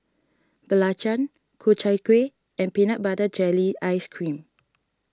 Belacan Ku Chai Kueh and Peanut Butter Jelly Ice Cream